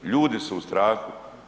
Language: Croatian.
Ljudi su u strahu.